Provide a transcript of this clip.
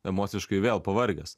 emociškai vėl pavargęs